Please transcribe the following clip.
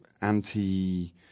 anti